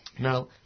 No